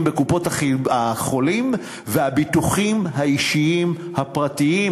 בקופות-החולים והביטוחים האישיים הפרטיים,